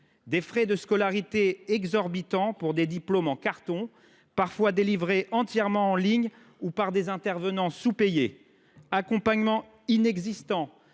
des frais de scolarité exorbitants pour des diplômes en carton et des enseignements parfois délivrés entièrement en ligne, ou par des intervenants sous payés ; un accompagnement inexistant